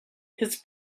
his